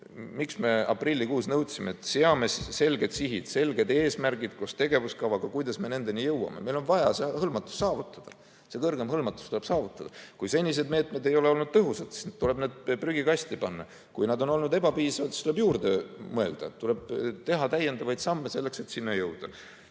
Miks me aprillikuus nõudsime, et seame selged sihid, selged eesmärgid koos tegevuskavaga, kuidas me nendeni jõuame? Meil on vaja [eesmärgiks seatud] hõlmatus saavutada, suurem hõlmatus tuleb saavutada. Kui senised meetmed ei ole olnud tõhusad, siis tuleb need prügikasti panna. Kui nad on olnud ebapiisavad, siis tuleb midagi juurde mõelda, tuleb teha täiendavaid samme selleks, et eesmärgini